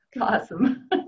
awesome